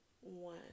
one